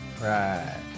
right